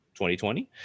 2020